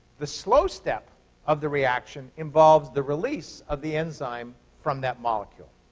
the slow step of the reaction involves the release of the enzyme from that molecule.